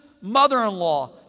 mother-in-law